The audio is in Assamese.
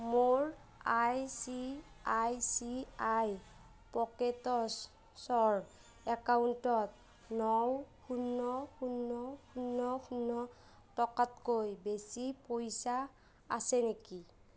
মোৰ I C I C I পকেটছ্ৰ একাউণ্টত ন শূন্য শূন্য শূন্য শূন্য টকাতকৈ বেছি পইচা আছে নেকি